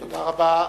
תודה רבה.